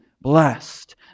blessed